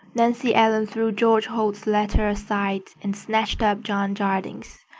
nancy ellen threw george holt's letter aside and snatched up john jardine's.